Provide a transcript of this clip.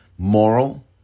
Moral